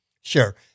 sure